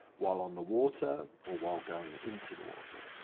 while on the water or while going into the water?